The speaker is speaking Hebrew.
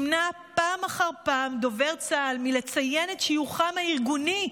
דובר צה"ל נמנע פעם אחר פעם מלציין את שיוכם הארגוני,